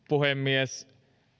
puhemies